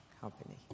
company